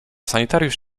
sanitariusz